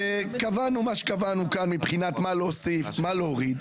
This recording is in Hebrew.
קבענו מה שקבענו כאן מבחינת מה להוסיף, מה להוריד.